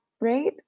right